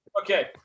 Okay